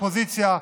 אופוזיציה,